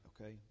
okay